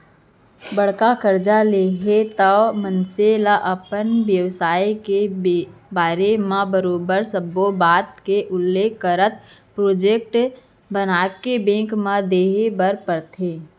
बड़का करजा लेना हे त मनसे ल अपन बेवसाय के बारे म बरोबर सब्बो बात के उल्लेख करत प्रोजेक्ट बनाके बेंक म देय बर परथे